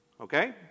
Okay